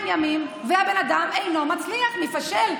42 ימים והבן אדם אינו מצליח, מפשל.